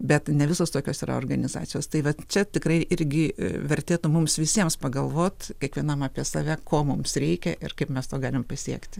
bet ne visos tokios yra organizacijos tai va čia tikrai irgi vertėtų mums visiems pagalvot kiekvienam apie save ko mums reikia ir kaip mes to galime pasiekti